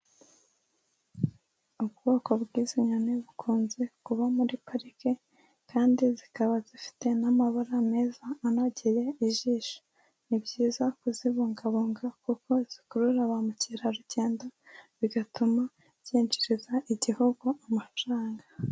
Ubwoko bw'izi nyoni bukunze kuba muri parike kandi zikaba zifite n'amabara meza anogeye ijisho, ni byiza kuzibungabunga kuko zikurura ba mukerarugendo bigatuma byinjiriza igihugu amafaranga.